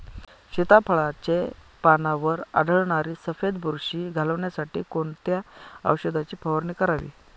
सीताफळाचे पानांवर आढळणारी सफेद बुरशी घालवण्यासाठी कोणत्या औषधांची फवारणी करावी?